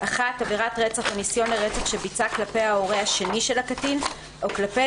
(1)עבירת רצח או ניסיון לרצח שביצע כלפי ההורה השני של הקטין או כלפי